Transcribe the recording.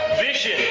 vision